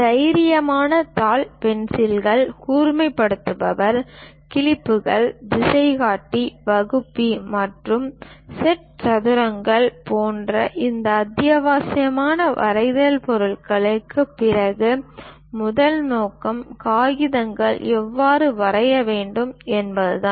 தைரியமான தாள் பென்சில்கள் கூர்மைப்படுத்துபவர் கிளிப்புகள் திசைகாட்டி வகுப்பி மற்றும் செட் சதுரங்கள் போன்ற இந்த அத்தியாவசிய வரைதல் கருவிகளுக்குப் பிறகு முதல் நோக்கம் கடிதங்களை எவ்வாறு வரைய வேண்டும் என்பதுதான்